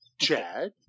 Chad